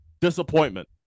Disappointment